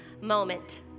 moment